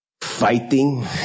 fighting